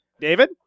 David